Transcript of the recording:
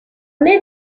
mai